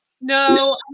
No